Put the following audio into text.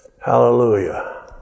Hallelujah